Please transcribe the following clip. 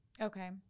Okay